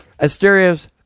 Asterios